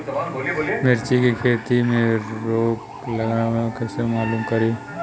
मिर्ची के खेती में रोग लगल बा कईसे मालूम करि?